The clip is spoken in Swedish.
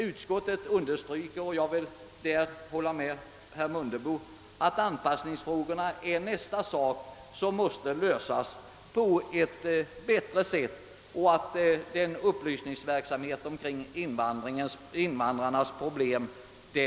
Utskottet understryker dock att anpassningsfrågorna måste lösas bättre och att vi behöver få ett verkligt grepp om upplysningsverksamheten omkring invandrarnas problem.